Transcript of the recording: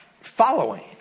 following